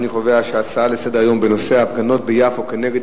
אני קובע שההצעות לסדר-היום בנושא ההפגנות ביפו כנגד